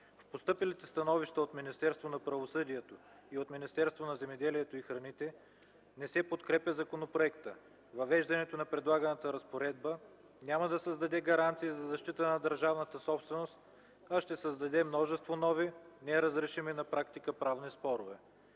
В постъпилите становища от Министерството на правосъдието и от Министерството на земеделието и храните не се подкрепя законопроектът. Въвеждането на предлаганата разпоредба няма да създаде гаранции за защита на държавната собственост, а ще създаде множество нови неразрешими на практика правни спорове.